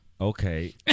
Okay